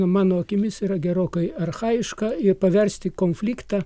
mano akimis yra gerokai archajiška ir paversti konfliktą